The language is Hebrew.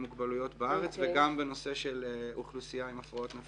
מוגבלויות בארץ וגם בנושא של אוכלוסייה עם הפרעות נפשיות.